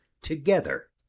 together